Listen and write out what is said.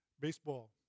baseball